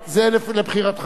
טוב, תודה רבה.